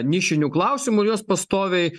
nišinių klausimų ir juos pastoviai